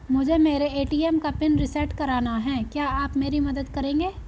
मुझे मेरे ए.टी.एम का पिन रीसेट कराना है क्या आप मेरी मदद करेंगे?